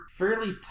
fairly